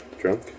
drunk